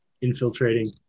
Infiltrating